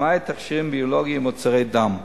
למעט תכשירים ביולוגיים ומוצרי דם.